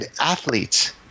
athletes